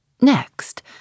Next